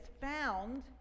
found